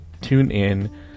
TuneIn